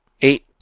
Eight